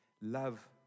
love